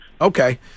Okay